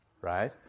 right